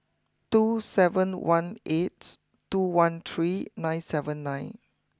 two seven one eight two one three nine seven nine